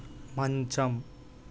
మంచం